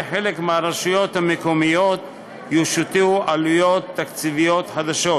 חלק מהרשויות המקומיות יושתו עלויות תקציביות חדשות.